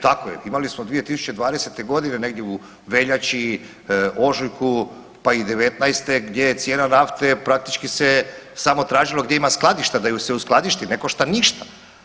Tako je, imali smo 2020. godine negdje u veljači, ožujku, pa i 19. gdje je cijena nafte praktički se samo tražilo gdje ima skladišta da ju se uskladišti, ne košta ništa.